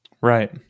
Right